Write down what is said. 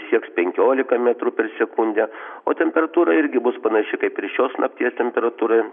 sieks penkiolika metrų per sekundę o temperatūra irgi bus panaši kaip ir šios nakties temperatūra